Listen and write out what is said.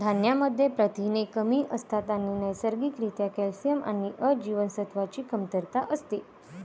धान्यांमध्ये प्रथिने कमी असतात आणि नैसर्गिक रित्या कॅल्शियम आणि अ जीवनसत्वाची कमतरता असते